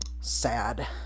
Sad